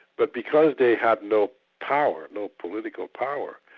but because they had no power, no political power,